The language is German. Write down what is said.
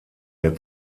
der